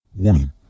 warning